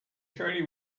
maternity